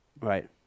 Right